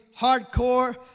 hardcore